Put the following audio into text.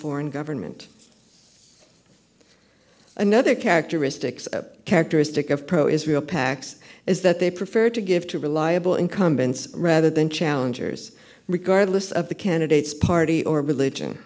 foreign government another characteristics of characteristic of pro israel pacs is that they prefer to give to reliable incumbents rather than challengers regardless of the candidate's party or religion